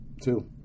two